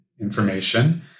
information